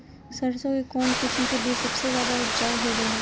सरसों के कौन किस्म के बीच सबसे ज्यादा उपजाऊ होबो हय?